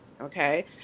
Okay